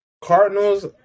Cardinals